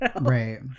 Right